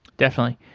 definitely.